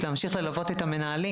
כדי להמשיך וללוות את המנהלים,